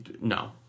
No